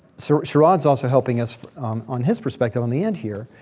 so sharad's also helping us on his perspective on the end here.